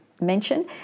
mentioned